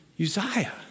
Uzziah